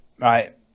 right